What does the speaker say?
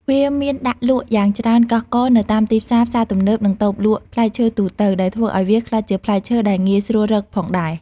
វាមានដាក់លក់យ៉ាងច្រើនកុះករនៅតាមទីផ្សារ ផ្សារទំនើប និងតូបលក់ផ្លែឈើទូទៅ ដែលធ្វើឲ្យវាក្លាយជាផ្លែឈើដែលងាយស្រួលរកផងដែរ។